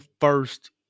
first